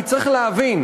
כי צריך להבין,